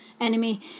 enemy